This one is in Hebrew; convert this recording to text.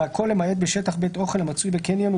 והכול למעט בשטח בית אוכל המצוי בקניון,